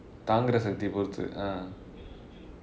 தாங்குற சக்தி பொருத்து:taangura sakthi porutthu ah